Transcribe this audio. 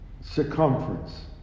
circumference